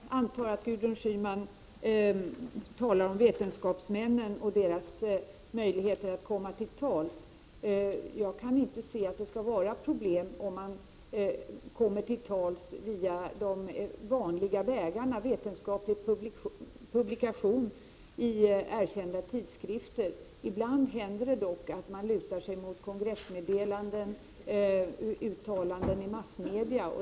Herr talman! Jag antar att Gudrun Schyman talar om vetenskapsmän och deras möjligheter att komma till tals. Jag kan inte se att det skall vara något problem om man kommer till tals via de vanliga vägarna, vetenskaplig publikation i erkända tidskrifter. Ibland händer det dock att man lutar sig mot kongressmeddelanden och uttalanden i massmedia.